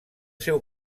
seu